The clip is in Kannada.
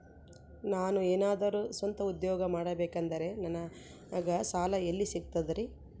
ನಾನು ಏನಾದರೂ ಸ್ವಂತ ಉದ್ಯೋಗ ಮಾಡಬೇಕಂದರೆ ನನಗ ಸಾಲ ಎಲ್ಲಿ ಸಿಗ್ತದರಿ?